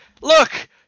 look